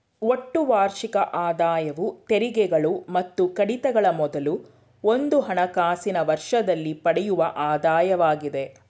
ಒಟ್ಟು ವಾರ್ಷಿಕ ಆದಾಯವು ತೆರಿಗೆಗಳು ಮತ್ತು ಕಡಿತಗಳ ಮೊದಲು ಒಂದು ಹಣಕಾಸಿನ ವರ್ಷದಲ್ಲಿ ಪಡೆಯುವ ಆದಾಯವಾಗಿದೆ